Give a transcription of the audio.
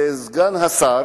לסגן השר